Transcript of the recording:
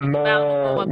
הגמיש שדיברנו בו רבות?